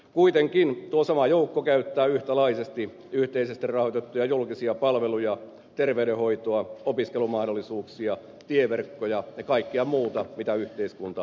kuitenkin tuo sama joukko käyttää yhtäläisesti yhteisesti rahoitettuja julkisia palveluja terveydenhoitoa opiskelumahdollisuuksia tieverkkoja ja kaikkea muuta mitä yhteiskunta tarjoaa